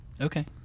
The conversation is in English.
Okay